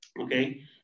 Okay